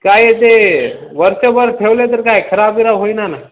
काय आहे ते वरच्यावर ठेवले तर काय खराब बिराब होई ना ना